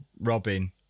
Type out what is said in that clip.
robin